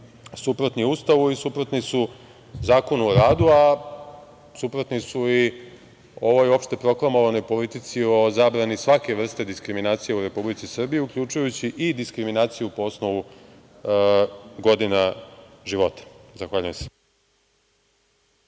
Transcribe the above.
suprotni Ustavu i suprotni su Zakonu o radu, a suprotni su i ovoj opšte proklamovanoj politici o zabrani svake vrste diskriminacije u Republici Srbiji uključujući i diskriminaciju po osnovu godina života. Zahvaljujem se.